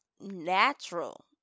natural